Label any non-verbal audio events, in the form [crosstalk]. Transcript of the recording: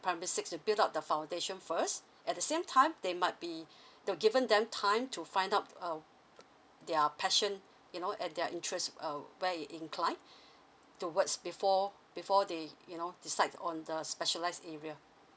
primary six to build out the foundation first at the same time they might be [breath] they will given them time to find out uh their passion you know and their interest uh where it incline [breath] towards before before they you know decides on the specialised area